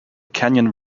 canyon